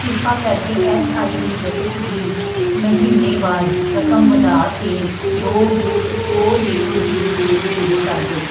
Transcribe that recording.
ਕਿਰਪਾ ਕਰਕੇ S I P ਬੱਚਤ ਦੀ ਮਹੀਨੇਵਾਰ ਰਕਮ ਵਧਾ ਕੇ ਦੋ ਜੋ ਦੋ ਜ਼ੀਰੋ ਜ਼ੀਰੋ ਜ਼ੀਰੋ ਜ਼ੀਰੋ ਕਰ ਦਿਉ